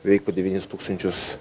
beveik po devynis tūkstančius